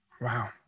Wow